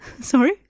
sorry